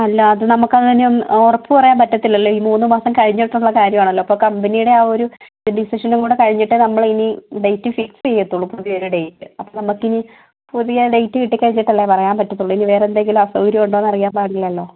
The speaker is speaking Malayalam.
അല്ല അത് നമുക്കങ്ങനെ ഉറപ്പ് പറയാൻ പറ്റത്തില്ലല്ലോ ഈ മൂന്ന് മാസം കഴിഞ്ഞിട്ടുള്ള കാര്യമാണല്ലോ അപ്പം കമ്പനിയുടെ ആ ഒരു ഡിസിഷനും കൂടെ കഴിഞ്ഞിട്ടേ നമ്മളിനി ഡേറ്റ് ഫിക്സ് ചെയ്യത്തുള്ളൂ പുതിയൊരു ഡേറ്റ് അപ്പം നമുക്കിനി പുതിയ ഡേറ്റ് കിട്ടി കഴിഞ്ഞിട്ടല്ലേ പറയാൻ പറ്റത്തുള്ളൂ ഇനി വേറെ എന്തെങ്കിലും അസൗകര്യം ഉണ്ടോ എന്നറിയാൻ പാടില്ലല്ലോ